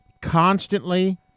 constantly